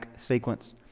sequence